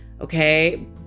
okay